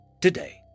today